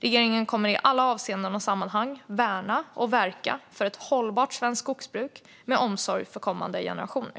Regeringen kommer i alla avseenden och sammanhang att värna och verka för ett hållbart svenskt skogsbruk, med omsorg för kommande generationer.